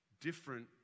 different